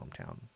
hometown